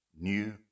new